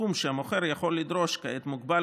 הסכום שהמוכר יכול לדרוש כעת מוגבל